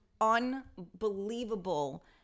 unbelievable